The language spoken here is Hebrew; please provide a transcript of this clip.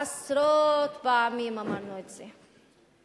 עשרות פעמים אמרנו את זה.